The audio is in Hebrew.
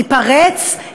ייפרץ?